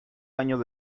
años